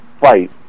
fight